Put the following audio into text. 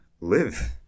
live